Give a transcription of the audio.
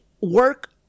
work